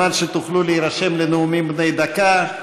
על מנת שתוכלו להירשם לנאומים בני דקה.